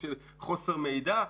של חוסר מידע,